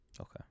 okay